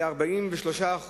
ל-43%,